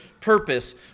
purpose